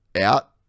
out